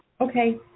Okay